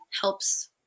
helps